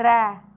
त्रैऽ